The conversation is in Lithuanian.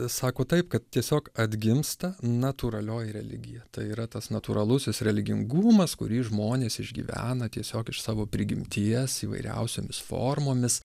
sako taip kad tiesiog atgimsta natūralioji religija tai yra tas natūralusis religingumas kurį žmonės išgyvena tiesiog iš savo prigimties įvairiausiomis formomis